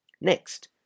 Next